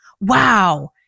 Wow